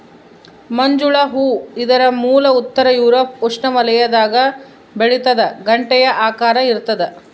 ಮಂಜುಳ ಹೂ ಇದರ ಮೂಲ ಉತ್ತರ ಯೂರೋಪ್ ಉಷ್ಣವಲಯದಾಗ ಬೆಳಿತಾದ ಗಂಟೆಯ ಆಕಾರ ಇರ್ತಾದ